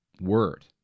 word